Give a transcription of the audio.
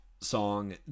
song